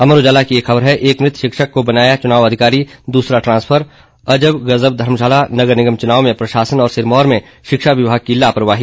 अमर उजाला की एक खबर है एक मृत शिक्षक को बनाया च्नाव अधिकारी दूसरा ट्रांसफर अजब गजब धर्मशाला नगर निगम चुनाव में प्रशासन और सिरमौर में शिक्षा विभाग की लापरवाही